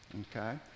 okay